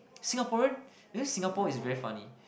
Singaporean because Singapore is very funny